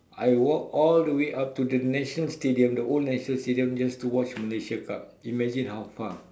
I walk all the way up to the national stadium the old national stadium just to watch the Malaysia cup imagine how far